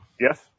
Yes